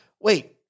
wait